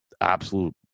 absolute